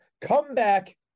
Comeback